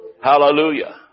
Hallelujah